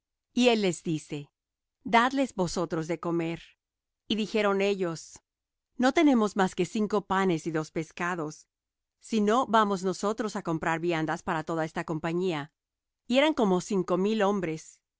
y les dice dadles vosotros de comer y dijeron ellos no tenemos más que cinco panes y dos pescados si no vamos nosotros á comprar viandas para toda esta compañía y eran como cinco mil hombres